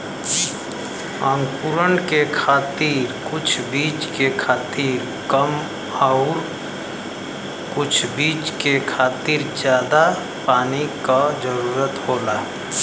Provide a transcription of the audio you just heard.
अंकुरण के खातिर कुछ बीज के खातिर कम आउर कुछ बीज के खातिर जादा पानी क जरूरत होला